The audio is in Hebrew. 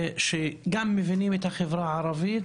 שגם מבינים את החברה הערבית,